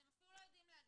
אתם אפילו לא יודעים להגיד.